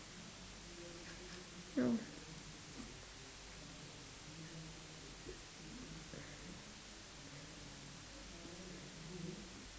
no